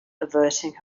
averting